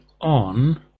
on